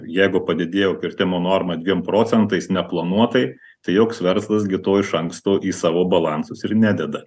jeigu padidėjo kirtimo normą dviem procentais neplanuotai tai joks verslas gi to iš anksto į savo balansus ir nededa